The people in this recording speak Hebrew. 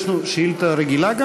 יש לנו גם שאילתה רגילה?